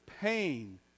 pain